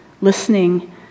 listening